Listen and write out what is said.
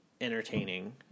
entertaining